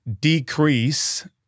decrease